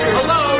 Hello